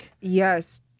yes